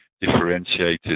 differentiated